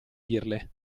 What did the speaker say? dirle